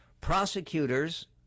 prosecutors